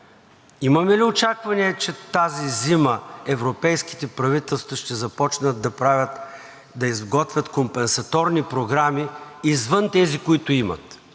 Имаме ли очаквания, че тази зима европейските правителства ще започнат да изготвят компенсаторни програми извън тези, които имат?